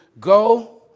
go